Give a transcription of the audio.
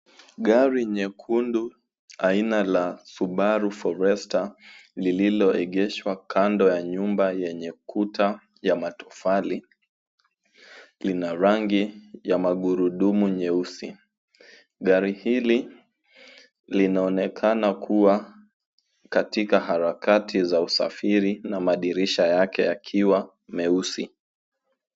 Gari nyekundu aina la Subaru forester , lililoegeshwa kando ya nyumba yenye kuta ya matofali lina rangi ya magurudumu nyeusi. Gari hili linaonekana kuwa katika harakati za usafiri.